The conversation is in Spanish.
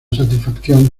satisfacción